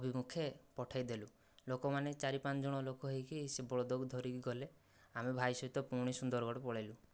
ଅଭିମୁଖେ ପଠାଇଦେଲୁ ଲୋକମାନେ ଚାରି ପାଞ୍ଚ ଜଣ ଲୋକ ହେଇକି ସେ ବଳଦକୁ ଧରିକି ଗଲେ ଆମେ ଭାଇ ସହିତ ପୁଣି ସୁନ୍ଦରଗଡ଼ ପଳାଇଲୁ